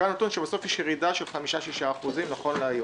קיבלנו נתון שבסוף יש ירידה של 5% 6% נכון להיום.